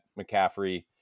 McCaffrey